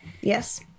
yes